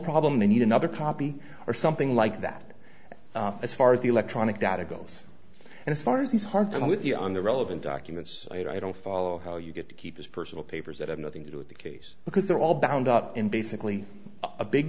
problem we need another copy or something like that as far as the electronic data goes and as far as these hard time with you on the relevant documents i don't follow how you get to keep his personal papers that have nothing to do with the case because they're all bound up in basically a big